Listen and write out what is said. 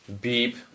Beep